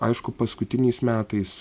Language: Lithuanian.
aišku paskutiniais metais